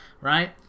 right